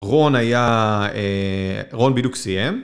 רון היה, אה… רון בדיוק סיים